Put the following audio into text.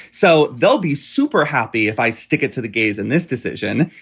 so they'll be super happy if i stick it to the gays in this decision.